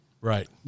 Right